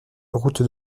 route